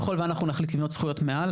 ככל ואנחנו נחליט לבנות זכויות מעל,